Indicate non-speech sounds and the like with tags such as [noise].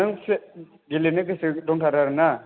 नों [unintelligible] गेलेनो गोसो दंथारो आरो ना